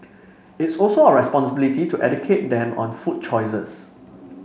it's also our responsibility to educate them on food choices